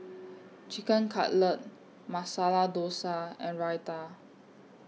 Chicken Cutlet Masala Dosa and Raita